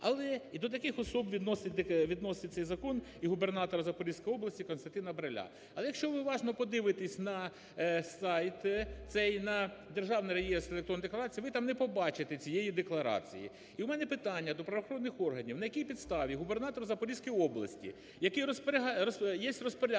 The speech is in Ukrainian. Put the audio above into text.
Але і до таких осіб відносить цей закон і губернатора Запорізької області Костянтина Бриля. Але якщо ви уважно подивитесь на сайт цей, на Державний реєстр електронних декларацій, ви там не побачите цієї декларації. І в мене питання до правоохоронних органів: на якій підставі губернатор Запорізької області, який є розпорядником